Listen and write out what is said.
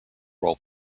role